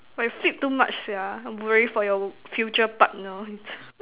!wah! you flip too much sia I'm worried for your future partner